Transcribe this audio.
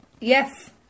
Yes